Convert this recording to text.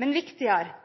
Men viktigere: